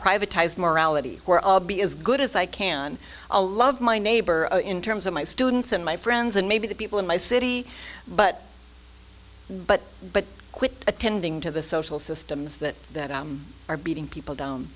privatized morality where i'll be as good as i can a love my neighbor in terms of my students and my friends and maybe the people in my city but but but quit attending to the social systems that are beating people do